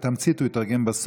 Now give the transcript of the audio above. לדוגמה,